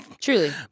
Truly